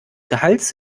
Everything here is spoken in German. gehalts